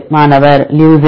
மாணவர் லூசின்